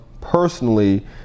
personally